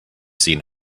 seen